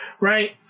Right